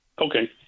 Okay